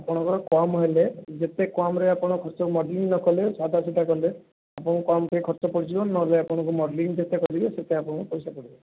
ଆପଣଙ୍କର କମ୍ ହେଲେ ଯେତେ କମ୍ରେ ହେଲେ ଆପଣ କିଛି ମଡେଲିଂ ନ କଲେ ସାଧା ସିଧା କଲେ ଆପଣଙ୍କୁ କମ୍ ଟିକିଏ ଖର୍ଚ୍ଚ ପଡ଼ିଯିବ ଆପଣଙ୍କୁ ମଡେଲିଂ ଯେତେ କରିବେ ସେତେ ଆପଣଙ୍କୁ ପଇସା ପଡ଼ିବ